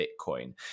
Bitcoin